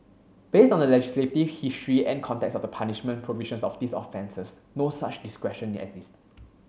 based on the legislative history and context of the punishment provisions of these offences no such discretion exists